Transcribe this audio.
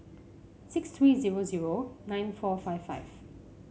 six three zero zero nine four five five